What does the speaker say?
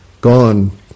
gone